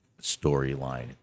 storyline